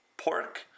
Pork